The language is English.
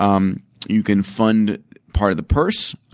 um you can fund part of the purse.